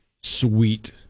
sweet